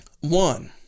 One